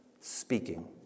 speaking